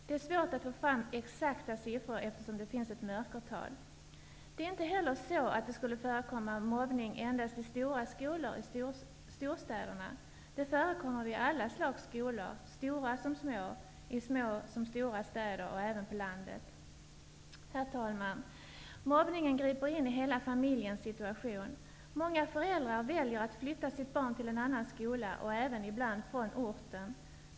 Det är svårt att få fram exakta siffror, eftersom det finns ett mörkertal. Det är inte heller så att det skulle förekomma mobbning endast i stora skolor i storstäderna. Det förekommer vid alla slags skolor, stora som små, i små som stora städer och även på landet. Herr talman! Mobbningen griper in i hela familjens situation. Många föräldrar väljer att flytta sitt barn till en annan skola och även ibland från orten.